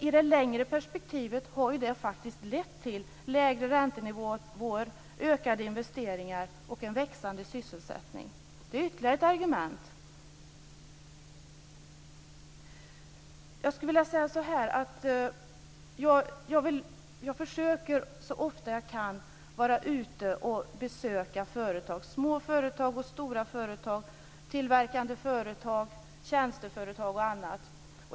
I det längre perspektivet har ju det faktiskt lett till lägre räntenivåer, ökade investeringar och en ökande sysselsättning. Det är ytterligare ett argument. Jag försöker att så ofta jag kan vara ute och besöka företag; små företag och stora företag, tillverkande företag, tjänsteföretag och andra.